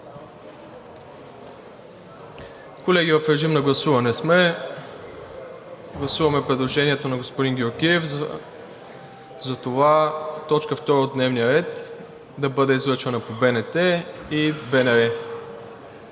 Колеги, в режим на гласуване сме, гласуваме предложението на господин Георгиев за това точка втора от дневния ред да бъде излъчвана по БНТ и БНР.